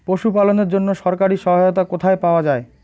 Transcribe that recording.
পশু পালনের জন্য সরকারি সহায়তা কোথায় পাওয়া যায়?